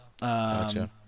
Gotcha